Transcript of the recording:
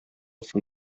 from